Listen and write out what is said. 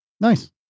Nice